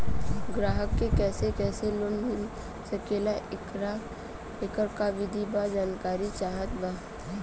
ग्राहक के कैसे कैसे लोन मिल सकेला येकर का विधि बा जानकारी चाहत बा?